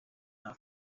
nta